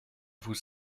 vous